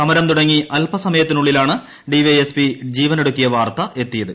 സമരം തുടങ്ങി അൽപസമയത്തിനുള്ളിലാണ് ഡിവൈഎസ്പി ജീവനൊടുക്കിയ വാർത്ത എത്തിയത്